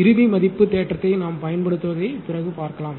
இறுதி மதிப்பு தேற்றத்தை நாம் பயன்படுத்துவதை பிறகு பார்க்கலாம்